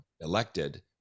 elected